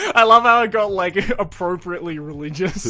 i love how it got, like, appropriately religious